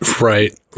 Right